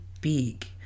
big